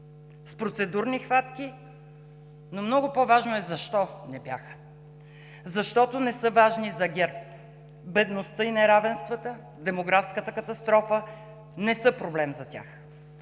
с процедурни хватки, но много по-важно е защо не бяха – защото не са важни за ГЕРБ. Бедността и неравенствата, демографската катастрофа не са проблем за тях.